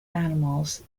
animals